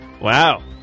Wow